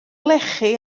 lechi